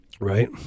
right